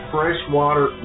Freshwater